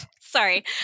sorry